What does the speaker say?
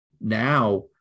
Now